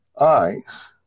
Eyes